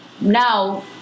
now